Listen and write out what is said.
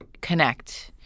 connect